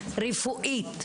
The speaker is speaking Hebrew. רפואית,